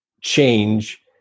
change